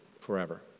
forever